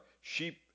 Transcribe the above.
sheep